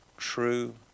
true